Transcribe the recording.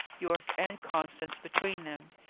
yorke and constance between them.